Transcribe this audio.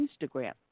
Instagram